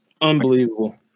Unbelievable